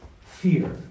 fear